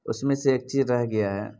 اس میں سے ایک چیز رہ گیا ہے